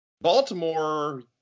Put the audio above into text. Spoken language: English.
Baltimore